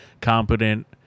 competent